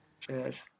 Cheers